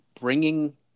bringing